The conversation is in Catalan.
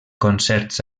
concerts